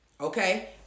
okay